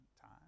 time